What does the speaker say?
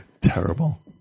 Terrible